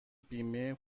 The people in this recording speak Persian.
بیمه